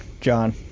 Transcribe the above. John